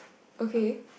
okay